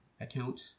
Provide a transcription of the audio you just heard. account